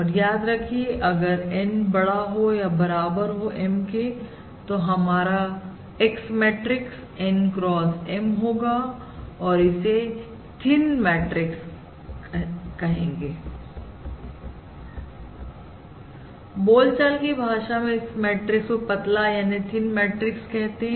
और याद रखिए अगर N बड़ा हो या बराबर हो M के तो हमारा X matrix N x M होगा और इसे थिन मैट्रिक्स कहते हैं बोलचाल की भाषा में इस मैट्रिक्स को पतला मैट्रिक्स कहते हैं